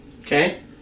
Okay